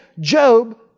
Job